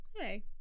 hey